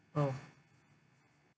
oh